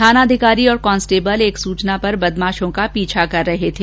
थानाधिकारी और कांस्टेबल एक सुचना पर बदमाशों का पीछा कर रहे थे